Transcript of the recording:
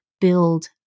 build